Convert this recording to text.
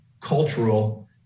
cultural